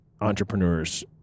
entrepreneurs